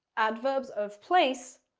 adverbs of place,